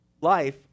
Life